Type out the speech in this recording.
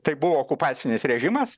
tai buvo okupacinis režimas